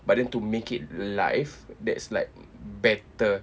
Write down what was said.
but then to make it live that's like better